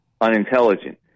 unintelligent